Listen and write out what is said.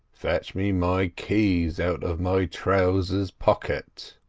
fetch me my keys out of my trousers pocket.